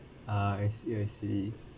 ah I see I see